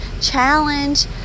challenge